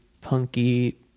punky